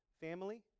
family